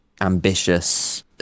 ambitious